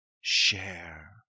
Share